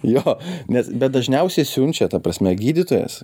jo nes bet dažniausia siunčia ta prasme gydytojas